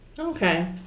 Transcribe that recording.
Okay